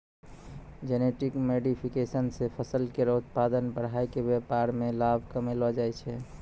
genetic modification सें फसल केरो उत्पादन बढ़ाय क व्यापार में लाभ कमैलो जाय छै